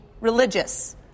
religious